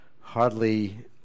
hardly